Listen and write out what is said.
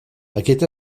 aquest